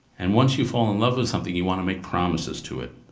and once you fall in love with something, you want to make promises to it.